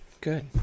good